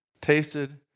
tasted